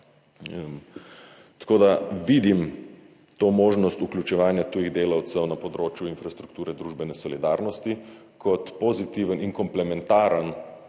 Tako da, vidim to možnost vključevanja tujih delavcev na področju infrastrukture, družbene solidarnosti kot pozitiven in komplementaren